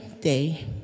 day